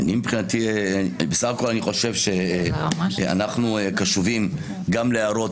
בסך הכול אנחנו קשובים גם להערות.